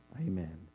Amen